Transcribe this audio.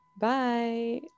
Bye